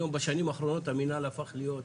היום, בשנים האחרונות, המנהל הפך להיות,